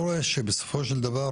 אני רואה שבסופו של דבר,